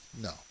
no